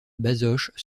bazoches